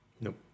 Nope